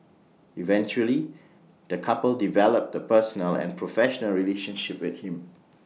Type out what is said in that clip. eventually the couple developed A personal and professional relationship with him